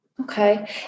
Okay